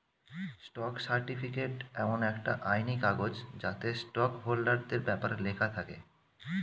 stock certificate এমন একটা আইনি কাগজ যাতে স্টক হোল্ডারদের ব্যপারে লেখা থাকে